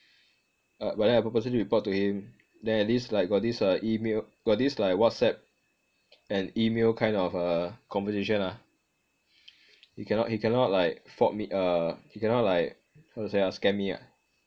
but then I purposely report to him then at least like got this uh email got this like WhatsApp and email kind of uh conversation ah he cannot he cannot like fault m~ he cannot like how to say ah scam me ah